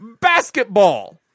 Basketball